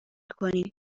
کنیم